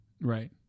Right